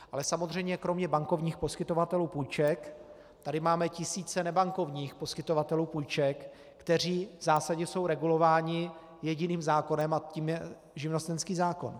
Ale samozřejmě kromě bankovních poskytovatelů půjček tady máme tisíce nebankovních poskytovatelů půjček, kteří v zásadě jsou regulováni jediným zákonem, a tím je živnostenský zákon.